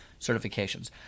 certifications